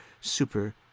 super